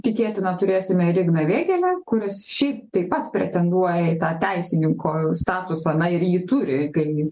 tikėtina turėsime ir igną vėgėlę kuris šiaip taip pat pretenduoja į tą teisininko statusą na ir jį turi kai